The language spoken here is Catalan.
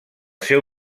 seu